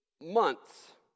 months